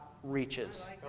reaches